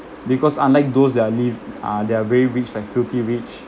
because unlike those that are live uh that are very rich like filthy rich